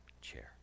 chair